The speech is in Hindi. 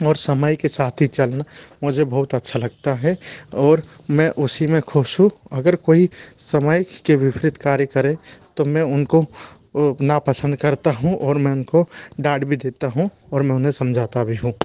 और समय के साथ ही चलना मुझे बहुत अच्छा लगता है और मैं उसी में खुश हूँ अगर कोई समय के विपरीत कार्य करें तो मैं उनको नापसंद करता हूँ और मैं उनको डांट भी देता हूँ और मैं उन्हे समझाता भी हूँ